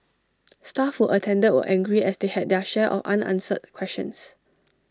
staff who attended were angry as they had their share of unanswered questions